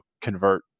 convert